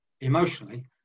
Emotionally